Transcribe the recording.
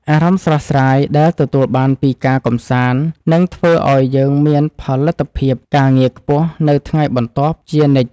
អារម្មណ៍ស្រស់ស្រាយដែលទទួលបានពីការកម្សាន្តនឹងធ្វើឱ្យយើងមានផលិតភាពការងារខ្ពស់នៅថ្ងៃបន្ទាប់ជានិច្ច។